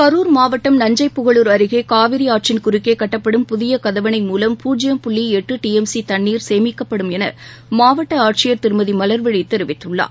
கரூர் மாவட்டம் நஞ்சைபுகளூர் அருகே காவிரியாற்றின் குறுக்கே கட்டப்படும் புதிய கதவனை மூலம் பூஜ்யம் புள்ளி எட்டு டி எம் சி தண்ணீர் சேமிக்கப்படும் என மாவட்ட ஆட்சியர் திருமதி மலர்விழி தெரிவித்துள்ளார்